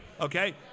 Okay